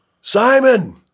Simon